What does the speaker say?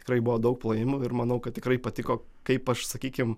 tikrai buvo daug plojimų ir manau kad tikrai patiko kaip aš sakykim